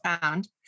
found